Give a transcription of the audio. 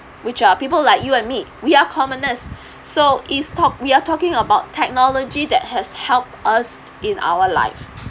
which are people like you and me we are commoners so it's talk we are talking about technology that has helped us in our life